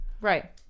Right